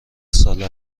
ساله